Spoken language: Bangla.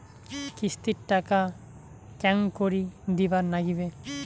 কিস্তির টাকা কেঙ্গকরি দিবার নাগীবে?